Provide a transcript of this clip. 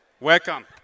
Welcome